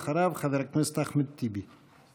אחריו, חבר הכנסת אחמד טיבי.